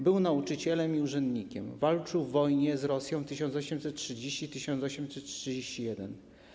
Był nauczycielem i urzędnikiem, walczył w wojnie z Rosją w latach 1830-1831.